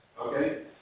Okay